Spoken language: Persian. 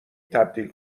تبدیل